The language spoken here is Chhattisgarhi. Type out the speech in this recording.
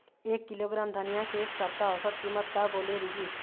एक किलोग्राम धनिया के एक सप्ता औसत कीमत का बोले रीहिस?